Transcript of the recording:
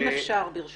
אם אפשר, ברשותך,